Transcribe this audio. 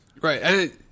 right